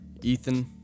Ethan